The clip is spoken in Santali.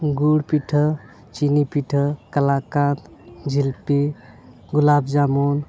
ᱜᱩᱲ ᱯᱤᱴᱷᱟᱹ ᱪᱤᱱᱤ ᱯᱤᱴᱷᱟᱹ ᱠᱟᱞᱟᱠᱟᱱᱫᱷ ᱡᱷᱤᱞᱯᱤ ᱜᱩᱞᱟᱵ ᱡᱟᱹᱢᱩᱱ